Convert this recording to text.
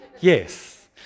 yes